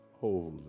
Holy